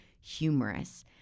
humorous